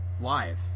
live